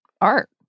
art